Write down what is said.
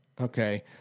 Okay